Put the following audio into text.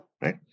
right